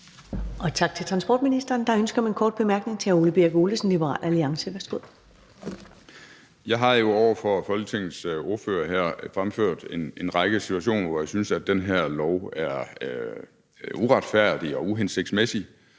Tak til transportministeren. Der er ønske om en kort bemærkning fra hr. Ole Birk Olesen, Liberal Alliance. Værsgo. Kl. 11:12 Ole Birk Olesen (LA): Jeg har jo over for Folketingets ordførere her fremført en række situationer, hvor jeg synes, at den her lov vil være uretfærdig og uhensigtsmæssig,